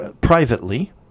privately